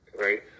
right